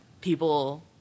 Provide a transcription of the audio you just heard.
people